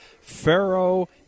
Pharaoh